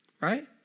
right